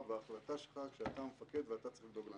וההחלטה שלך כשאתה המפקד ואתה צריך לדאוג לאנשים.